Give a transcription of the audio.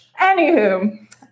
Anywho